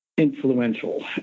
influential